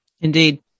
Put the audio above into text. Indeed